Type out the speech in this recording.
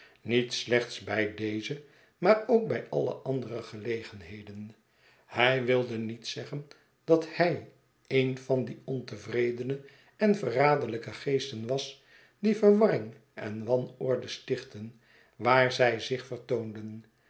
niet slechts bij deze maar ook bij alle andere gelegenheden hij wilde niet zeggen dat hij een van die ontevredene en verraderlijke geesten was die verwarring en wanorde stichten waar zij zich